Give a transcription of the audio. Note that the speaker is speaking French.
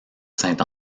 saint